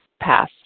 Pass